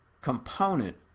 component